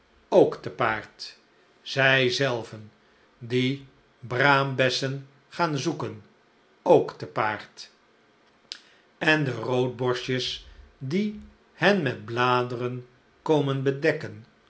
ook te paard zij zelven die braambessen gaan zoeken ook te paard en de roodborstjes die hen met bladeren komen bedekken